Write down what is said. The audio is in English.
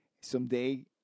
Someday